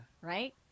right